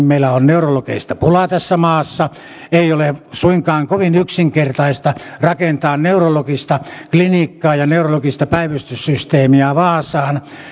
meillä on neurologeista pulaa tässä maassa ei ole suinkaan kovin yksinkertaista rakentaa neurologista klinikkaa ja neurologista päivystyssysteemiä vaasaan